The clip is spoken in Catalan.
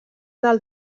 del